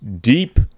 deep